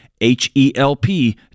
H-E-L-P